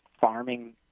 farming